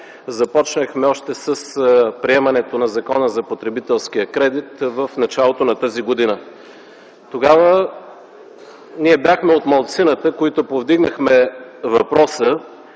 започнахме още с приемането на Закона за потребителския кредит в началото на тази година. Тогава ние бяхме от малцината, които повдигнахме въпроса